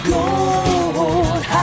Gold